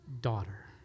daughter